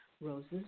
roses